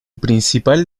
principal